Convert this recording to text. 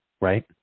right